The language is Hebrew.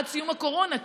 או עד סיום הקורונה.